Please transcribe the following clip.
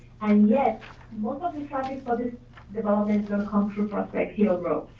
and yet, most of the traffic for this development will come through prospect hill road.